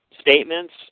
statements